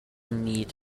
need